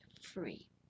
free